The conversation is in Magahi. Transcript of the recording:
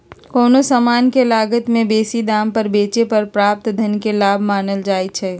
कोनो समान के लागत से बेशी दाम पर बेचे पर प्राप्त धन के लाभ मानल जाइ छइ